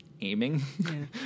aiming